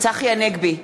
צחי הנגבי,